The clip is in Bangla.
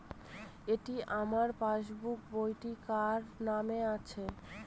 এটি আমার পাসবুক বইটি কার নামে আছে?